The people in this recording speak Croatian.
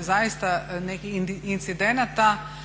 zaista nekih incidenata